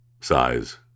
size